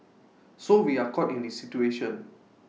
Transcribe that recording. so we are caught in this situation